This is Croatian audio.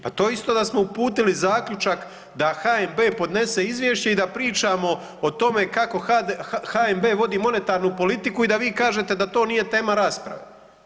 Pa to isto da smo uputili zaključak da HNB podnese izvješće i da pričamo o tome kako HNB vodi monetarnu politiku i da vi kažete da to nije tema rasprave.